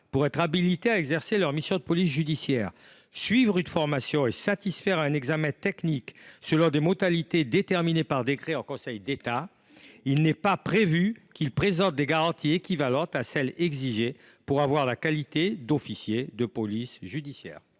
pour être habilités à exercer leurs missions de police judiciaire, suivre une formation et satisfaire à un examen technique selon des modalités déterminées par décret en Conseil d’État, il n’est pas prévu qu’ils présentent des garanties équivalentes à celles qui sont exigées pour avoir la qualité d’officier de police judiciaire